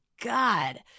God